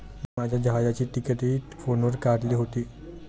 मी माझ्या जहाजाची तिकिटंही फोनवर काढली होती